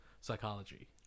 psychology